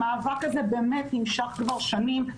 המאבק הזה באמת נמשך כבר שנים.